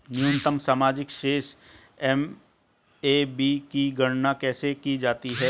न्यूनतम मासिक शेष एम.ए.बी की गणना कैसे की जाती है?